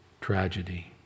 tragedy